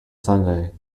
sunday